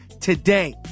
today